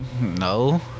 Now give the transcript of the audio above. No